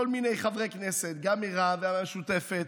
כל מיני חברי כנסת, גם מרע"מ וגם מהמשותפת,